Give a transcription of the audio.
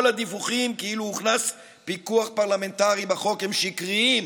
כל הדיווחים כאילו הוכנס פיקוח פרלמנטרי בחוק הם שקריים.